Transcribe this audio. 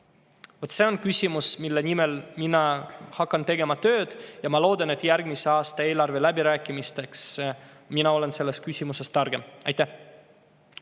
need on küsimused, mille nimel ma hakkan tööd tegema. Ja ma loodan, et järgmise aasta eelarve läbirääkimisteks olen ma selles küsimuses targem. Aitäh